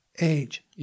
age